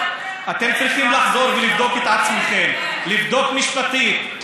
אתם צריכים לחזור ולבדוק את עצמכם, לבדוק משפטית.